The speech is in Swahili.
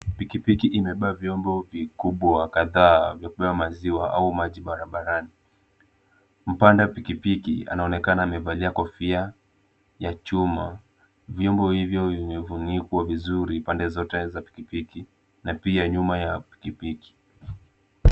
Pikipiki imebeba vyombo vikubwa kadhaa vya kubeba maziwa au maji barabarani. Mpanda pikipiki anaonekana amevalia kofia ya chuma. Vyombo hivyo vimefunikwa vizuri pande zote za pikipiki na pia nyuma ya pikipiki.